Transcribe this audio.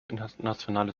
internationale